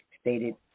stated